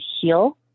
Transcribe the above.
heal